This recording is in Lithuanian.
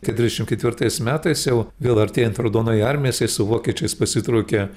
kai trisdešim ketvirtais metais jau vėl artėjant raudonajai armijai jisai su vokiečiais pasitraukė